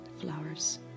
flowers